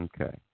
Okay